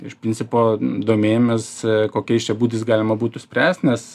iš principo domėjomės kokiais čia būdais galima būtų spręst nes